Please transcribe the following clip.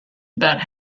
about